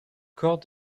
corne